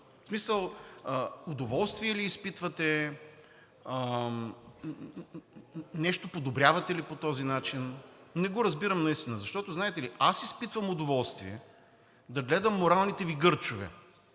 В смисъл – удоволствие ли изпитвате, нещо подобрявате ли по този начин. Не го разбирам наистина. Защото знаете ли аз изпитвам удоволствие да гледам моралните Ви гърчове,